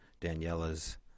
Daniela's